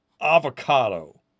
Avocado